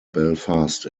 belfast